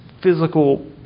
physical